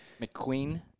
McQueen